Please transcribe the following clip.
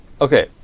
Okay